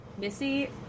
Missy